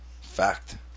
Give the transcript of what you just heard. Fact